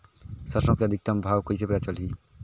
सरसो के अधिकतम भाव कइसे पता चलही?